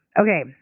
Okay